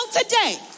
today